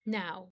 now